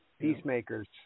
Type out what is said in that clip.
peacemakers